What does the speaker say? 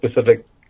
specific